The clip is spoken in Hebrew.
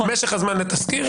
משך הזמן לתסקיר,